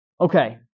Okay